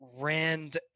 rand